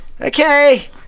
okay